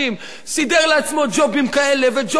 סידר לעצמו ג'ובים כאלה וג'ובים כאלה,